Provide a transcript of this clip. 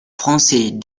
français